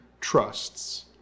trusts